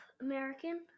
American